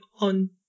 on